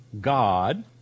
God